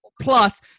plus